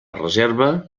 reserva